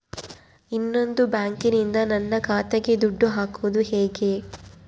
ಇನ್ನೊಂದು ಬ್ಯಾಂಕಿನಿಂದ ನನ್ನ ಖಾತೆಗೆ ದುಡ್ಡು ಹಾಕೋದು ಹೇಗೆ?